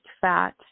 fat